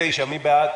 הסתייגות מס' 9 מי בעד?